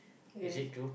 is it true